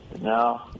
No